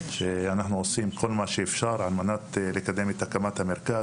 אנחנו עושים כל מה שאפשר על מנת לקדם את הקמת המרכז.